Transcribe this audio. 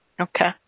Okay